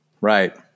Right